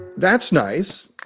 that's nice